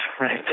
right